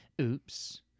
Oops